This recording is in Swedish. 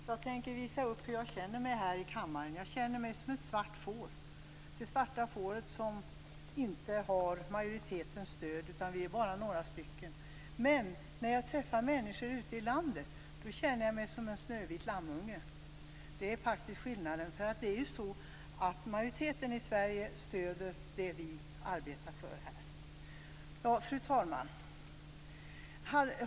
Fru talman! Jag vill med den teckning som jag nu håller upp visa hur jag känner mig här i kammaren. Jag känner mig som ett svart får som inte har majoritetens stöd. Vi är bara några stycken. Men när jag träffar människor ute i landet känner jag mig som en snövit lammunge. Där ligger skillnaden. Majoriteten i Sverige stöder det vi här arbetar för. Fru talman!